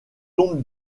tombe